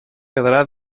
quedarà